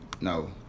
No